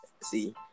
See